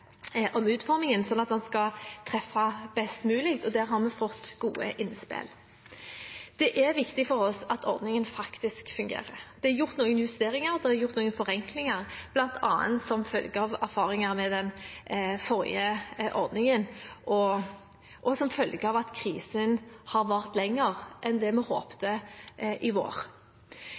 om utformingen, slik at den skal treffe best mulig, og der har vi fått gode innspill. Det er viktig for oss at ordningen faktisk fungerer. Det er gjort noen justeringer og forenklinger, bl.a. som følge av erfaringer med den forrige ordningen og som følge av at krisen har vart lenger enn det vi håpte i vår.